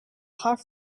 half